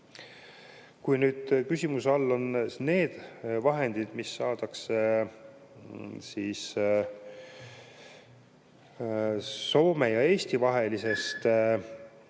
Kui küsimuse all on need vahendid, mis saadakse Soome ja Eesti vahelisest kaabliga